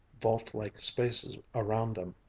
vault-like spaces around them.